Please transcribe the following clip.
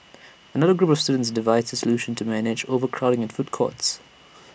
another group of students devised A solution to manage overcrowding in food courts